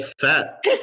set